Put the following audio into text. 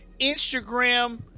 Instagram